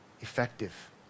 effective